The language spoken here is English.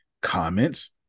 Comments